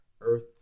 Earth